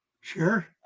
Sure